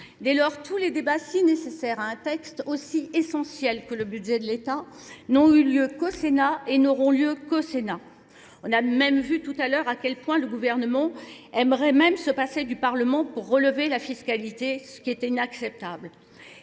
Dès lors, tous les débats si nécessaires à un texte aussi essentiel que le budget de l'État n'ont eu lieu qu'au Sénat et n'auront lieu qu'au Sénat. On a même vu tout à l'heure à quel point le gouvernement aimerait même se passer du Parlement pour relever la fiscalité, ce qui était inacceptable.